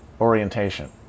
orientation